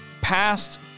past